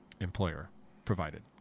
employer-provided